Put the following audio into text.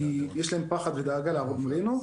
כי יש להם פחד ודאגה לעבוד מולנו.